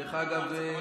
דרך אגב,